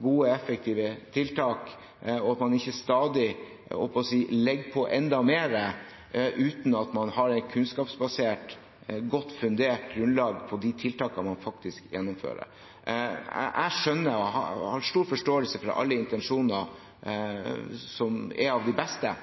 gode og effektive tiltak, og at man ikke stadig legger på enda mer uten at man har et kunnskapsbasert, godt fundert grunnlag for de tiltakene man faktisk gjennomfører. Jeg skjønner og har stor forståelse for alle intensjoner som er av de beste,